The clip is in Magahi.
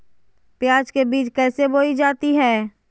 प्याज के बीज कैसे बोई जाती हैं?